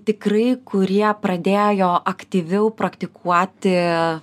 tikrai kurie pradėjo aktyviau praktikuoti